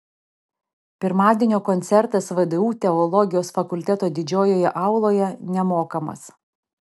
pirmadienio koncertas vdu teologijos fakulteto didžiojoje auloje nemokamas